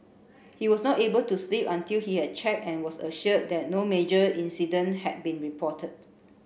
he was not able to sleep until he had checked and was assured that no major incident had been reported